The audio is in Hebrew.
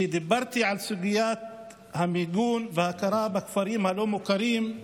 כשדיברתי על סוגיית המיגון וההכרה בכפרים הלא-מוכרים,